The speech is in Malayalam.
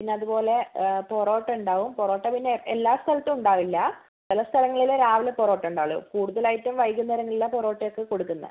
പിന്നെ അതുപോലെ പൊറോട്ട ഉണ്ടാവും പൊറോട്ട പിന്നെ എല്ലാ സ്ഥലത്തും ഉണ്ടാവില്ല ചില സ്ഥലങ്ങളിൽ രാവിലെ പൊറോട്ട ഉണ്ടാവുള്ളൂ കൂടുതലായിട്ടും വൈകുന്നേരങ്ങളിലാണ് പൊറോട്ട ഒക്കെ കൊടുക്കുന്നത്